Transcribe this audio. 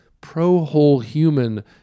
pro-whole-human